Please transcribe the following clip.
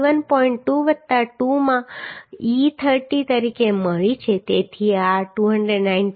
2 વત્તા 2 માં e 30 તરીકે મળી છે તેથી આ 291